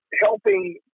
helping